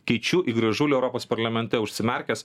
keičiu į gražulį europos parlamente užsimerkęs